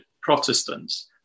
Protestants